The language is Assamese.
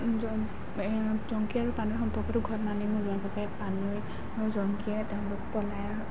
জং জংকী আৰু পানৈ সম্পৰ্কটো ঘৰত মানি নোলোৱাৰ বাবে পানৈ আৰু জংকীয়ে তেওঁলোক পলাই